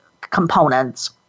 components